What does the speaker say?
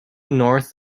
north